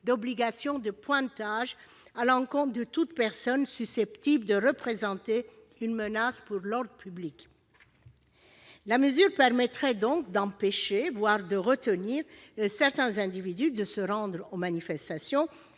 d'obligations de « pointage » à l'encontre de toute personne susceptible de représenter une menace pour l'ordre public. La mesure permettrait donc d'empêcher certains individus de se rendre aux manifestations